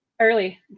early